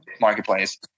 marketplace